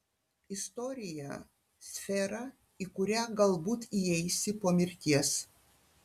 istorija sfera į kurią galbūt įeisi po mirties